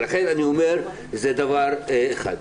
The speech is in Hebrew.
זה דבר אחד.